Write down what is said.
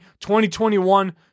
2021